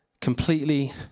completely